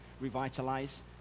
revitalize